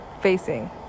facing